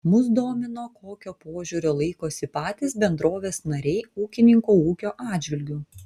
mus domino kokio požiūrio laikosi patys bendrovės nariai ūkininko ūkio atžvilgiu